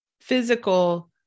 physical